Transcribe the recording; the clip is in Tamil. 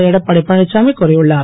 எடப்பாடி பழனிசாமி கூறியுள்ளார்